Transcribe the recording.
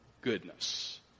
goodness